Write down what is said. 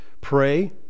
Pray